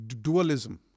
dualism